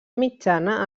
mitjana